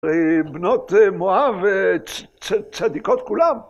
בנות מואב וצדיקות כולם.